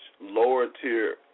lower-tier